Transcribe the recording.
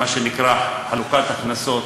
מה שנקרא חלוקת הכנסות.